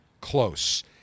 close